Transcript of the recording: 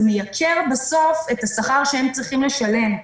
זה מייקר בסוף את השכר שהם צריכים לשלם.